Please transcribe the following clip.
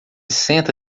senta